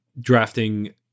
drafting